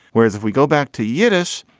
whereas if we go back to yiddish,